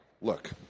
Look